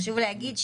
חשוב להגיד,